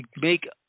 make